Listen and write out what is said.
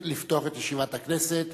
הכנסת,